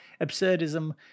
absurdism